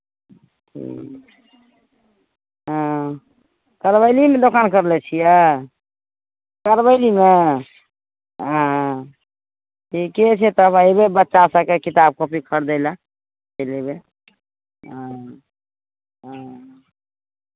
ह्म्म हँ करवैलीमे दोकान करले छियै करवैलीमे हँ ठीके छै तब अयबै बच्चा सभके किताब कॉपी खरीदय लए चलि अयबै हँ हँ